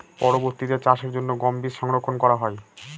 পরবর্তিতে চাষের জন্য গম বীজ সংরক্ষন করা হয়?